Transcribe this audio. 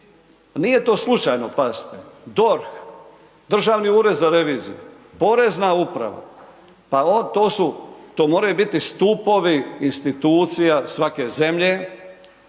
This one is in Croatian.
nije to slučajno, pazite, DORH, Državni ured za reviziju, porezna uprava, pa to su, to moraju biti stupovi institucija svake zemlje.